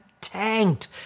tanked